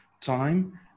time